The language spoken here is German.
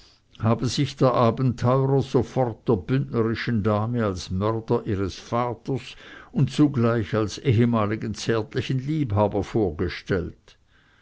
habe sich der abenteurer sofort der bündnerischen dame als mörder ihres vaters und zugleich als ehemaligen zärtlichen liebhaber vorgestellt